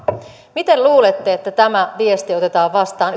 miten luulette että tämä viesti otetaan vastaan